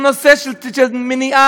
והוא נושא של מניעה,